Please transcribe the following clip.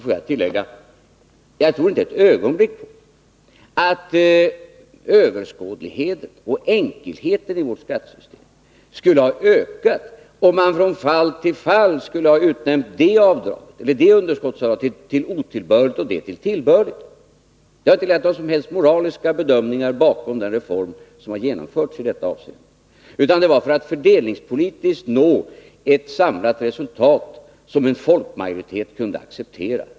Jag vill tillägga att jag inte för ett ögonblick tror att överskådligheten och enkelheten i vårt skattesystem skulle ha blivit större om man från fall till fall hade benämnt underskottsavdraget som otillbörligt eller tillbörligt. Inga som helst moraliska bedömningar har förelegat när det gäller den reform som genomförts i detta avseende, utan syftet var att fördelningspolitiskt nå ett samlat resultat som en folkmajoritet kunde acceptera.